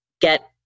get